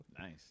nice